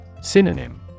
Synonym